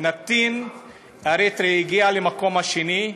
נתין אריתריאי, הגיע למקום השני,